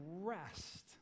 rest